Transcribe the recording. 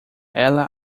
ela